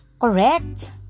Correct